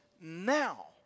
now